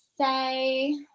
say